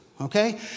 Okay